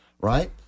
Right